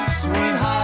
sweetheart